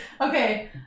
Okay